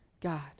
God